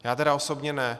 Já tedy osobně ne.